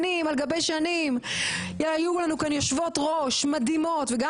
שנים על גבי שנים היו לנו כאן יושבות ראש מדהימות וגם